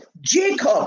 Jacob